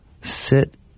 sit